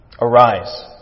Arise